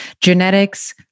genetics